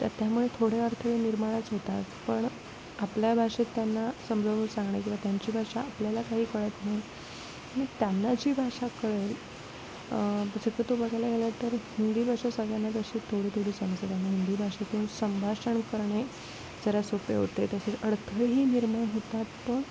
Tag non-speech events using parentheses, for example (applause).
तर त्यामुळे थोडे अडथळे निर्माणच होतात पण आपल्या भाषेत त्यांना समजावून सांगणं किंवा त्यांची भाषा आपल्याला काही कळत नाही त्यांना जी भाषा कळेल (unintelligible) तो बघायला गेला तर हिंदी भाषा सगळ्यांना तशी थोडी थोडी समजत (unintelligible) हिंदी भाषेतून संभाषण करणे जरा सोपे होते तसेच अडथळेही निर्माण होतात पण